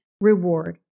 reward